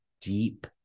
deep